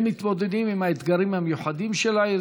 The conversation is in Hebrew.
הם מתמודדים עם האתגרים המיוחדים של העיר,